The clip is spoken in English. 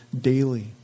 daily